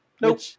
Nope